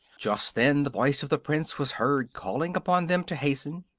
just then the voice of the prince was heard calling upon them to hasten,